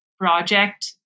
project